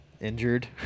injured